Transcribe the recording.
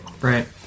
right